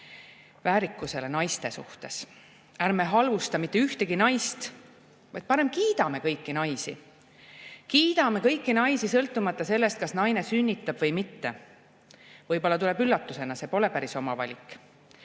väärikusele naiste suhtes. Ärme halvusta mitte ühtegi naist, vaid parem kiidame kõiki naisi. Kiidame kõiki naisi, sõltumata sellest, kas naine sünnitab või mitte. Võib-olla tuleb üllatusena, et see pole päris oma valik.